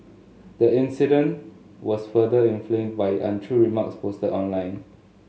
the incident was further inflamed by untrue remarks posted online